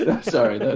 Sorry